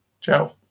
Ciao